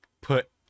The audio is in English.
put